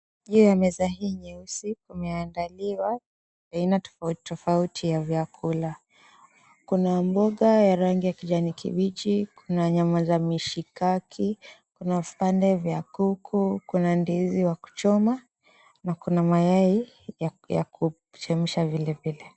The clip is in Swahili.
Juu ya meza hii nyeusi pameandaliwa aina tofauti tofauti ya vyakula. Kuna mboga ya rangi ya kijani kibichi, kuna nyama za mishikaki, kuna vipande vya kuku, kuna ndizi wa kuchoma na kuna mayai ya kuchemsha vilevile.